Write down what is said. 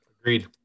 Agreed